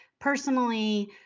personally